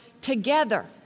together